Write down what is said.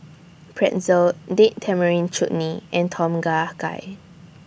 Pretzel Date Tamarind Chutney and Tom Kha Gai